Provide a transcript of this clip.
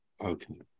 okay